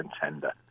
contender